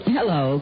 Hello